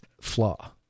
flaw